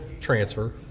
transfer